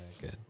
good